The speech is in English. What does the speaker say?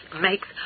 makes